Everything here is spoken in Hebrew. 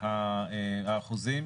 של האחוזים